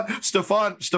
Stefan